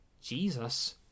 Jesus